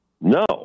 No